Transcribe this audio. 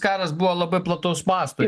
karas buvo labai plataus masto